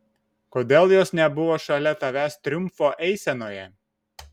kodėl jos nebuvo šalia tavęs triumfo eisenoje